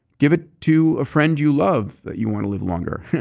give it to a friend you love that you want to live longer.